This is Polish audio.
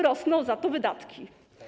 Rosną za to wydatki.